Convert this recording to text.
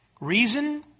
Reason